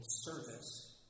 service